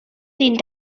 den